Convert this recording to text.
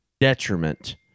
detriment